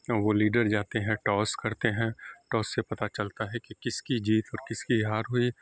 وہ لیڈر جاتے ہیں ٹاس کرتے ہیں ٹاس سے پتہ چلتا ہے کہ کس کی جیت اور کس کی ہار ہوئی